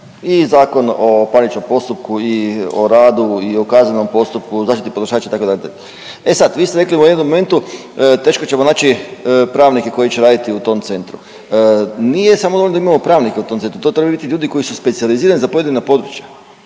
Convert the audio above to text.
i Zakon o parničnom postupku i o radu i o kaznenom postupku, zaštiti potrošača itd. E sad, vi ste rekli u jednom momentu teško ćemo naći pravnike koji će raditi u tom centru. Nije samo da imamo pravnike u tom centru. To trebaju biti ljudi koji su specijalizirani za pojedina područja,